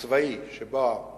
הצבאי, שבו הם